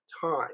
time